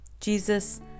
Jesus